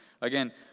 Again